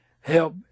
help